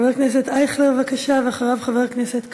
חבר הכנסת אייכלר, בבקשה, ואחריו, חבר הכנסת כבל,